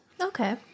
Okay